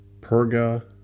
Perga